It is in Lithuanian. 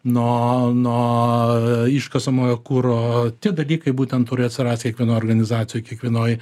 nuo nuo iškasamojo kuro tie dalykai būtent turi atsirast kiekvienoj organizacijoj kiekvienoj